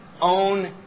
own